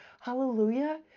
hallelujah